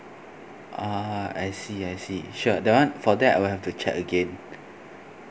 ah I see I see sure that one for that I will have to check again